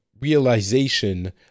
realization